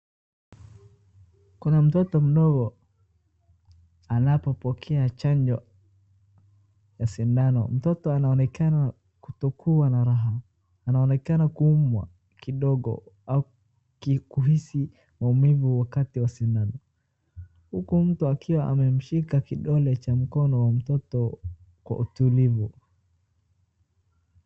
Kuna mtoto mdogo anapopokea chanjo ya sindano mtoto anaonekana kutokuwa na raha anaonekana kuumwa kidogo au kuhisi maumivu wakati wa sindano huku mtu akiwa amemshika kidole cha mkono mtoto kwa utulivu.